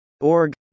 Org